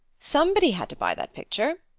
somebody had to buy that picture.